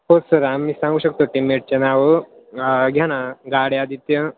हो सर आम्ही सांगू शकतो टीमेटचे नावं घ्या ना गाडे आदित्य